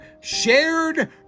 Shared